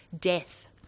death